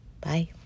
Bye